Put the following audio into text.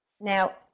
Now